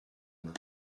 main